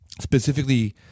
specifically